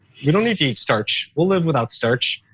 you don't need to eat starch. we'll live without starch.